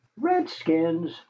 redskins